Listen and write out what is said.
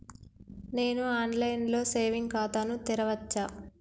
నేను online లో saving ఖాతా ను తెరవచ్చా?